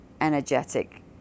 energetic